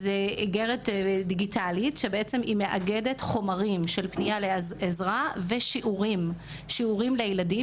באיגרת דיגיטאלית שמאגדת חומרים של פניה לעזרה ושיעורים לילדים.